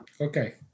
Okay